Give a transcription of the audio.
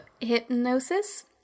hypnosis